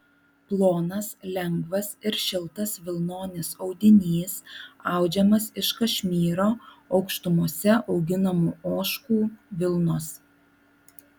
plonas lengvas ir šiltas vilnonis audinys audžiamas iš kašmyro aukštumose auginamų ožkų vilnos